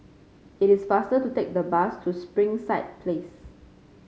it is faster to take the bus to Springside Place